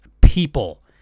people